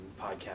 podcast